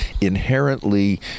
inherently